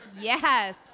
Yes